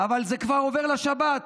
אבל זה כבר עובר לשבת.